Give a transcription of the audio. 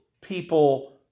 people